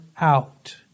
out